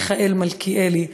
מיכאל מלכיאלי,